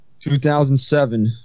2007